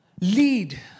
Lead